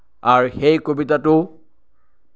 আৰু সেই কবিতাটো